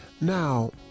Now